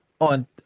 on